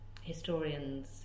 historians